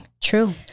True